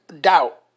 doubt